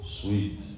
sweet